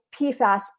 PFAS